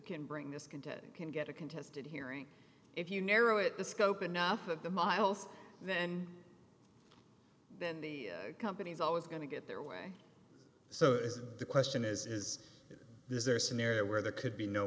can bring this into can get a contested hearing if you narrow it the scope enough of the miles then then the company's always going to get their way so the question is is there a scenario where there could be no